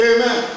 Amen